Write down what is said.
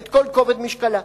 את כל כובד משקלה.